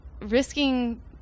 risking